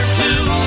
two